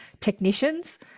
technicians